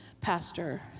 pastor